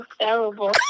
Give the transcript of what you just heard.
terrible